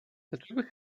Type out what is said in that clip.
dlaczego